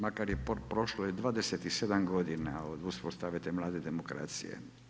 Makar je prošlo 27 godina od uspostave te mlade demokracije.